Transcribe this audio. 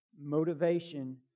Motivation